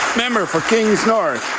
member for kings north.